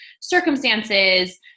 circumstances